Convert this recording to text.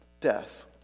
death